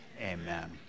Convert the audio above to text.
amen